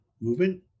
movement